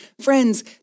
Friends